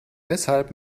weshalb